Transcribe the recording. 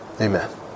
Amen